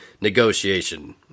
negotiation